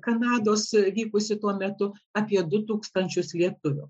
kanados vykusį tuo metu apie du tūkstančius lietuvių